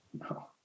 No